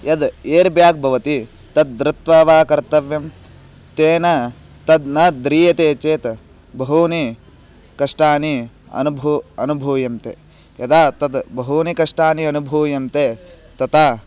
यद् एर् बेग् भवति तद् धृत्वा वा कर्तव्यं तेन तद् न ध्रियते चेत् बहूनि कष्टानि अनुभू अनुभूयन्ते यदा तद् बहूनि कष्टानि अनुभूयन्ते तथा